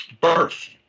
birth